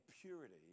purity